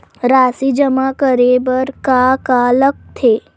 राशि जमा करे बर का का लगथे?